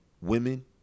Women